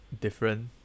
different